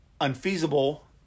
unfeasible